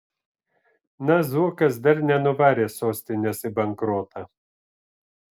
na zuokas dar nenuvarė sostinės į bankrotą